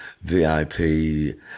VIP